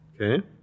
Okay